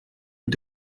mit